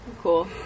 Cool